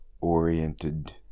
oriented